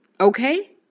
Okay